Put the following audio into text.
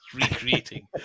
recreating